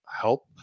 help